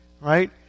right